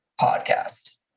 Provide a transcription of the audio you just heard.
podcast